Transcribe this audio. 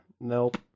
Nope